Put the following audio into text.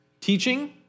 teaching